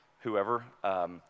whoever